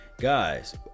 guys